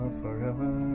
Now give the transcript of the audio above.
forever